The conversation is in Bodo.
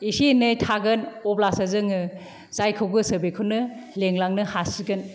एसे एनै थागोन अब्लासो जोङो जायखौ गोसो बेखौनो लेंलांनो हासिगोन